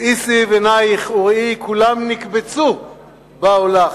"שאי סביב עיניך וראי כלם נקבצו באו לך",